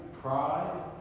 pride